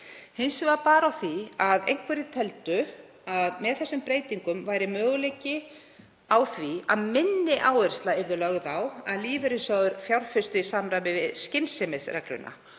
Hins vegar bar á því að einhverjir teldu að með þessum breytingum væri möguleiki á því að minni áhersla yrði lögð á að lífeyrissjóðir fjárfesti í samræmi við skynsemisregluna